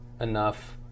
enough